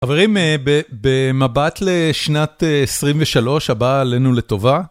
חברים, במבט לשנת 23', הבאה עלינו לטובה.